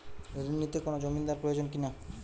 ঋণ নিতে কোনো জমিন্দার প্রয়োজন কি না?